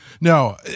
No